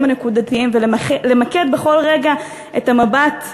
הנקודתיים ולמקד בכל רגע את המבט באופק,